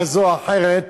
כזו או אחרת,